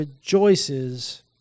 rejoices